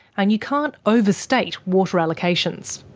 and you can't over-state water allocations.